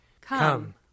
Come